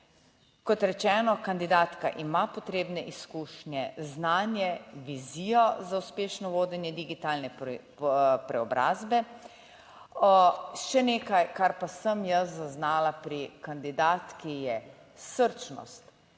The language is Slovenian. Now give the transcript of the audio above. Kot rečeno, kandidatka ima potrebne izkušnje, znanje, vizijo za uspešno vodenje digitalne preobrazbe. Še nekaj, kar pa sem jaz zaznala pri kandidatki je srčnost,